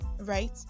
right